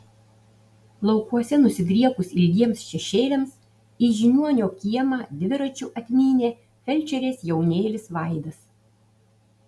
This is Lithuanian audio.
laukuose nusidriekus ilgiems šešėliams į žiniuonio kiemą dviračiu atmynė felčerės jaunėlis vaidas